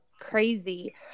crazy